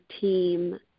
team